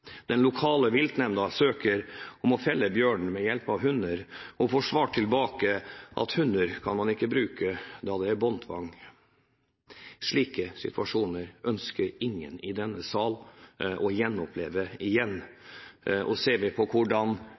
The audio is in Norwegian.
Den lokale viltnemnda søkte om å felle bjørnen ved hjelp av hunder, men fikk svar tilbake om at hunder ikke kunne brukes, da det var båndtvang! Slike situasjoner ønsker ingen i denne sal å oppleve igjen. Og ser vi på hvordan